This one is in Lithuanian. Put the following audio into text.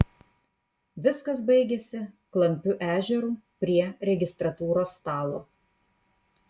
viskas baigėsi klampiu ežeru prie registratūros stalo